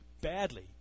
badly